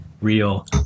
real